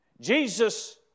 Jesus